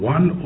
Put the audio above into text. One